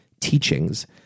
teachings